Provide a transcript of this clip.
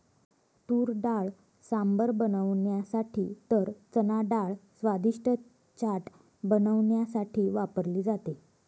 तुरडाळ सांबर बनवण्यासाठी तर चनाडाळ स्वादिष्ट चाट बनवण्यासाठी वापरली जाते